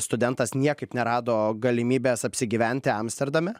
studentas niekaip nerado galimybės apsigyventi amsterdame